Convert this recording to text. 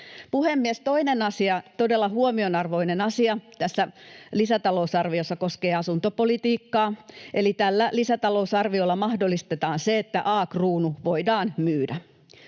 Puhemies! Toinen, todella huomionarvoinen asia tässä lisätalousarviossa koskee asuntopolitiikkaa, eli tällä lisätalousarviolla mahdollistetaan se, että A-Kruunu voidaan myydä.